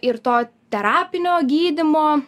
ir to terapinio gydymo